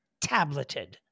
tableted